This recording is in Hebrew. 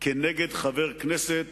כנגד חבר כנסת